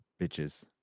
bitches